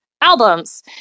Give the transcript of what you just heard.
albums